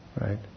right